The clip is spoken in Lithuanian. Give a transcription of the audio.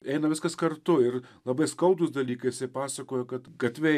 eina viskas kartu ir labai skaudūs dalykai jisai pasakojo kad gatve